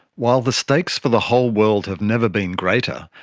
while the stakes for the whole world have never been greater,